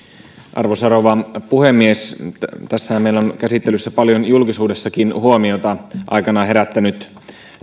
arvoisa rouva puhemies tässähän meillä on käsittelyssä paljon julkisuudessakin huomiota aikanaan herättänyt